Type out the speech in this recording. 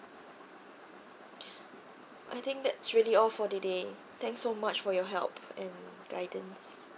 I think that's really all for the day thanks so much for your help and guidance